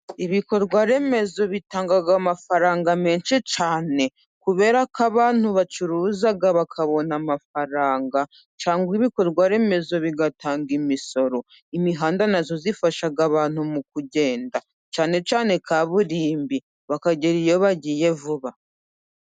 Ibikorwa remezo bitanga amafaranga menshi cyane, kubera ko abantu bacuruza bakabona amafaranga cyangwa ibikorwa remezo bigatanga imisoro, imihanda na yo ifasha abantu mu kugenda cyane cyane kaburimbo bakagera iyo bagiye vuba.